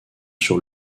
sur